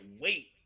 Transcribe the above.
wait